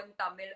Tamil